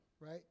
right